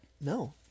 No